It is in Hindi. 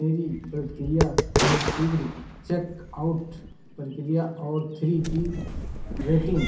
मेरी प्रतिक्रिया में शीघ्र चेकआउट प्रक्रिया और थ्री की रेटिंग